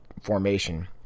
formation